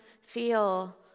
feel